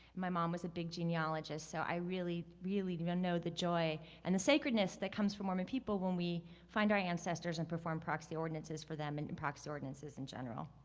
my mom was a big genealogist, so i really, really you know know the joy and the sacredness that comes for mormon people when we find our ancestors and perform proxy ordinances for them and and proxy ordinances in general.